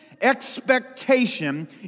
expectation